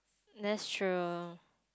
that's true